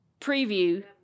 preview